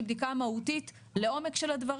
פה יש בדיקה שהיא בדיקה מהותית לעומק של הדברים,